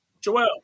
Joelle